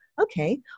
okay